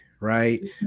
Right